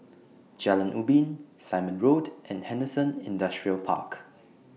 Jalan Ubin Simon Road and Henderson Industrial Park